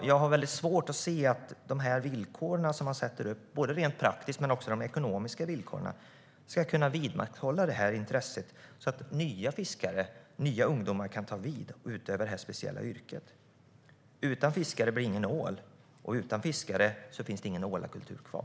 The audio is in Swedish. Jag har svårt att se att villkoren som sätts upp praktiskt och ekonomiskt ska vidmakthålla intresset så att nya unga fiskare kan ta vid och utöva det speciella yrket. Utan fiskare blir det ingen ål. Utan fiskare finns ingen ålakultur kvar.